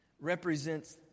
represents